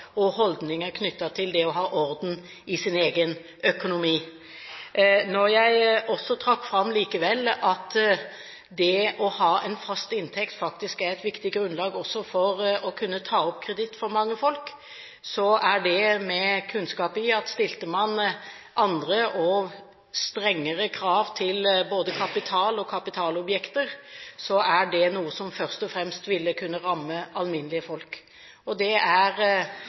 og holdninger knyttet til det å ha orden i egen økonomi. Når jeg likevel også trakk fram at det å ha en fast inntekt faktisk er et viktig grunnlag for å kunne ta opp kreditt for mange folk, er det med kunnskap om at stilte man andre og strengere krav til både kapital og kapitalobjekter, er det noe som først og fremst ville kunne ramme alminnelige folk. Det er